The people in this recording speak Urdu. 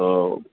تو